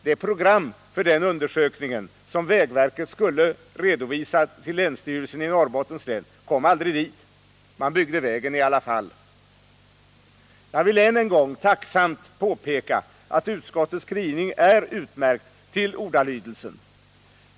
Det program för den undersökningen som vägverket skulle redovisa till länsstyrelsen i Norrbottens län kom aldrig dit. Man byggde vägen i alla fall. Jag vill än en gång tacksamt påpeka att utskottets skrivning är utmärkt till ordalydelsen.